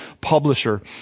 publisher